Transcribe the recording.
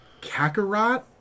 Kakarot